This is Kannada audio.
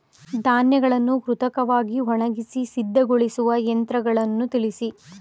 ಧಾನ್ಯಗಳನ್ನು ಕೃತಕವಾಗಿ ಒಣಗಿಸಿ ಸಿದ್ದಗೊಳಿಸುವ ಯಂತ್ರಗಳನ್ನು ತಿಳಿಸಿ?